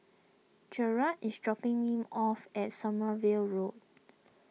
Gerard is dropping me off at Sommerville Road